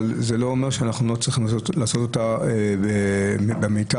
אבל זה לא אומר שאנחנו לא צריכים לעשות אותה בצורה מיטבית.